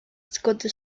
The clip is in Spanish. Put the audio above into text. scott